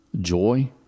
joy